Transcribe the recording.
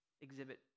Exhibit